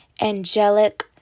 angelic